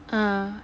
ah